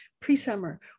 pre-summer